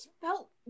felt